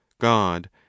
god